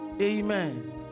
Amen